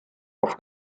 auf